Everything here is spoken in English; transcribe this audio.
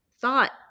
thought